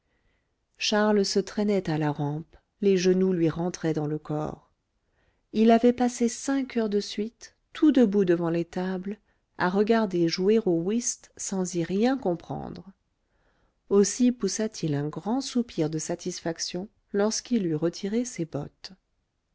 charles se traînait à la rampe les genoux lui rentraient dans le corps il avait passé cinq heures de suite tout debout devant les tables à regarder jouer au whist sans y rien comprendre aussi poussa t il un grand soupir de satisfaction lorsqu'il eut retiré ses bottes